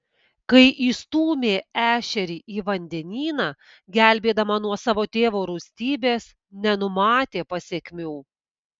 kai įstūmė ešerį į vandenyną gelbėdama nuo savo tėvo rūstybės nenumatė pasekmių